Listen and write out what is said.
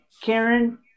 Karen